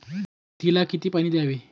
मेथीला किती पाणी द्यावे?